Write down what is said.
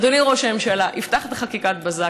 אדוני ראש הממשלה, הבטחת חקיקת בזק.